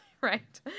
right